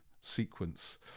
sequence